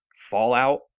Fallout